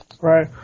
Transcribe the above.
Right